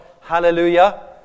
hallelujah